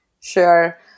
Sure